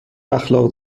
اخلاق